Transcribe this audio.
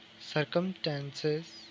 circumstances